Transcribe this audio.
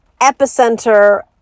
epicenter